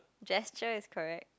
gesture is correct